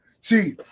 See